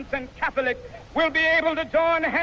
and catholics will be able to join